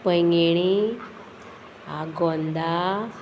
Poinguinim Agonda